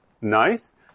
nice